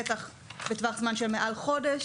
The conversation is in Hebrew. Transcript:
בטח בטווח זמן של יותר מחודש,